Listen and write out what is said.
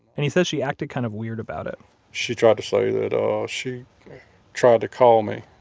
and he said she acted kind of weird about it she tried to say that um she tried to call me.